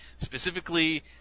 Specifically